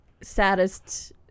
saddest